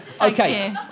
Okay